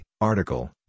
article